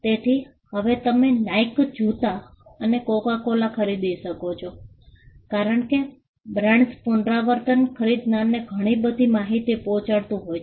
તેથી હવે તમે નાઇક જૂતા અથવા કોકાકોલા ખરીદી શકો છો કારણ કે બ્રાન્ડ્સ પુનરાવર્તન ખરીદનારને ઘણી બધી માહિતી પહોંચાડતું હોય છે